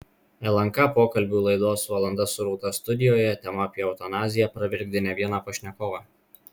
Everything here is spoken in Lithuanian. lnk pokalbių laidos valanda su rūta studijoje tema apie eutanaziją pravirkdė ne vieną pašnekovą